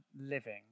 living